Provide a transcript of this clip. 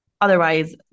otherwise